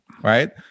Right